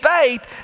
faith